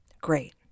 Great